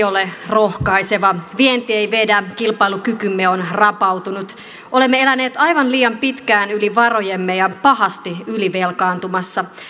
ole rohkaiseva vienti ei vedä kilpailukykymme on rapautunut olemme eläneet aivan liian pitkään yli varojemme ja olemme pahasti ylivelkaantumassa